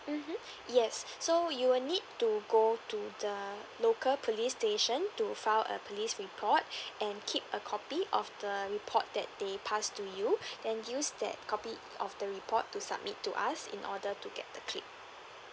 mmhmm yes so you will need to go to the local police station to file a police report and keep a copy of the report that they pass to you then use that copy of the report to submit to us in order to get the claim